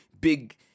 big